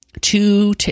two